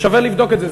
שווה לבדוק את זה,